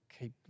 keep